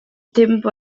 tempo